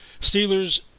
Steelers